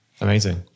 Amazing